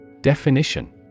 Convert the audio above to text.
Definition